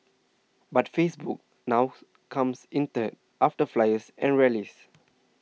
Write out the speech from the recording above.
but Facebook now comes in third after flyers and rallies